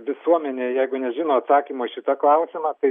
visuomenė jeigu nežino atsakymo į šitą klausimą tai